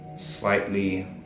slightly